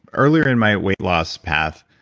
earlier in my weight loss path,